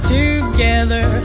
together